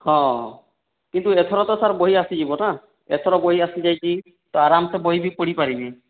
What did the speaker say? ହଁ କିନ୍ତୁ ଏଥର ତ ସାର୍ ବହି ଆସିଯିବ ନା ଏଥର ବହି ଆସି ଯାଇଛି ତ ଆରାମ୍ ସେ ବହି ପଢ଼ି ପାରିବେ